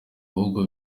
ahubwo